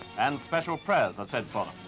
and special prayers are said for